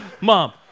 Mom